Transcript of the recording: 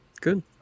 Good